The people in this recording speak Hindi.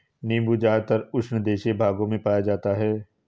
नीबू ज़्यादातर उष्णदेशीय भागों में पाया जाता है